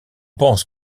pense